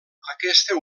aquesta